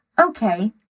Okay